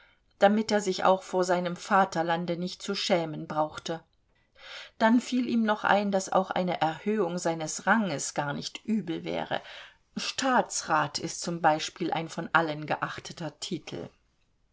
damit er sich auch vor seinem vaterlande nicht zu schämen brauchte dann fiel ihm noch ein daß auch eine erhöhung seines ranges gar nicht übel wäre staatsrat ist zum beispiel ein von allen geachteter titel